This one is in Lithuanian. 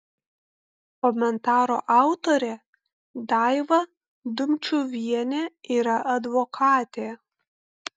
komentaro autorė daiva dumčiuvienė yra advokatė